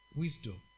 wisdom